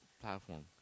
platform